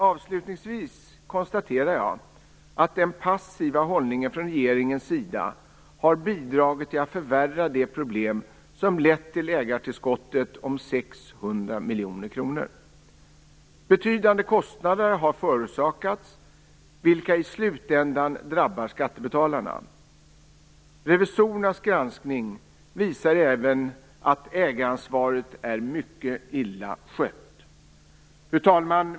Avslutningsvis konstaterar jag att den passiva hållningen från regeringens sida har bidragit till att förvärra de problem som lett till ägartillskottet om 600 miljoner kronor. Betydande kostnader har förorsakats, vilka i slutändan drabbar skattebetalarna. Revisorernas granskning visar även att ägaransvaret är mycket illa skött. Fru talman!